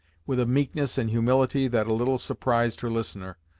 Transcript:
with a meekness and humility that a little surprised her listener,